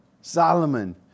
Solomon